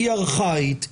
היא ארכאית,